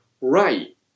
right